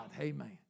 amen